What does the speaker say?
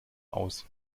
aus